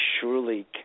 surely